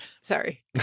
Sorry